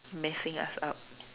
messing us up